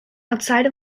outside